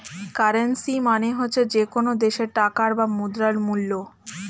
currency মানে হচ্ছে যে কোনো দেশের টাকার বা মুদ্রার মূল্য